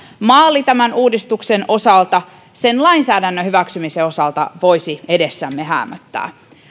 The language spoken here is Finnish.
maali tämän uudistuksen osalta sen lainsäädännön hyväksymisen osalta voisi edessämme häämöttää